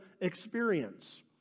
experience